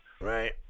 Right